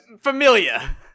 familia